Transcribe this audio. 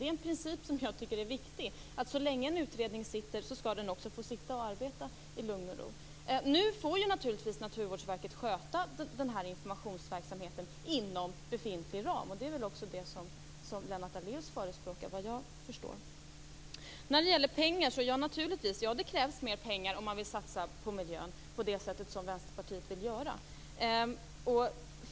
En viktig princip att beakta är att så länge en utredning sitter skall den också få sitta och arbeta i lugn och ro. Nu får Naturvårdsverket sköta informationsverksamheten inom befintlig ram. Det är det som också Lennart Daléus förespråkar, såvitt jag förstår. Naturligtvis krävs det mer pengar om man vill satsa på miljön på det sätt som Vänsterpartiet vill göra.